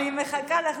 אני מחכה,